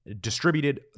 distributed